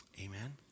Amen